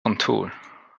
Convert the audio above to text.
kontor